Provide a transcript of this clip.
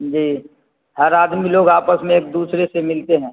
جی ہر آدمی لوگ آپس میں ایک دوسرے سے ملتے ہیں